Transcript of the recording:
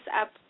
up